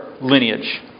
lineage